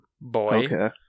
boy